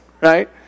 right